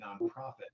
nonprofit